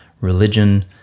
religion